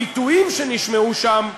הביטויים שנשמעו שם,